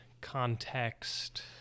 context